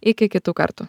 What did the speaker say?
iki kitų kartų